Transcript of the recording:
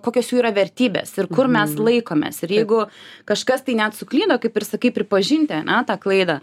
kokios jų yra vertybės ir kur mes laikomės ir jeigu kažkas tai net suklydo kaip ir sakai pripažinti ane tą klaidą